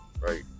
right